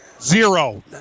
Zero